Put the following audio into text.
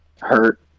hurt